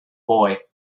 boy